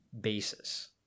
basis